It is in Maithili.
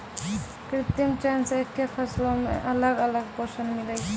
कृत्रिम चयन से एक्के फसलो मे अलग अलग पोषण मिलै छै